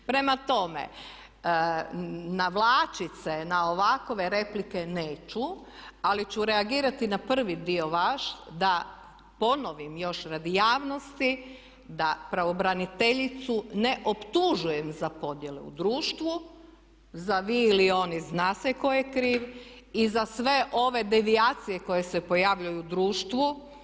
Prema tome, navlačit se na ovakove replike neću, ali ću reagirati na prvi dio vaš da ponovim još radi javnosti da pravobraniteljicu ne optužujem za podjele u društvu, za vi ili oni zna se tko je kriv i za sve ove devijacije koje se pojavljuju u društvu.